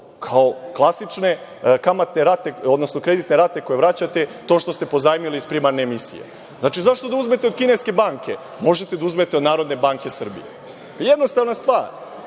odnosno kredine rate koje vraćate, to što ste pozajmili iz primarne emisije. Zašto da uzmete od kineske banke, možete da uzmete od Narodne banke Srbije. Jednostavna stvar.